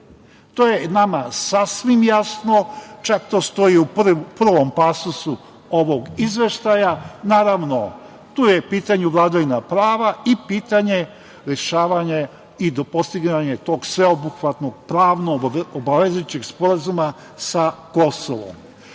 To je nama sasvim jasno, čak to stoji u prvom pasusu ovog izveštaja. Naravno, tu je u pitanju vladavina prava i pitanje rešavanje i postizanje tog sveobuhvatnog pravno-obavezujućeg sporazuma sa Kosovom. Znate,